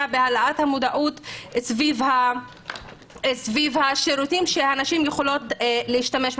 בהעלאת המודעות סביב השירותים שהנשים יכולות להשתמש בהם.